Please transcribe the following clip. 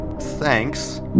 thanks